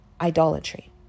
idolatry